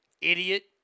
Idiot